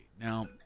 Now